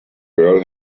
girl